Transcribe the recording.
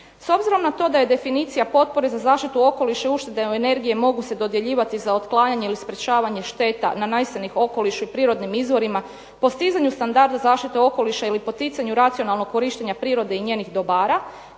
S obzirom na to da je definicija potpore za zaštitu okoliša i uštede energije mogu se dodjeljivati za otklanjanje ili sprječavanje šteta nanesenih okolišu i prirodnim izvorima, postizanju standarda zaštite okoliša ili poticanju racionalnog korištenja prirode i njenih dobara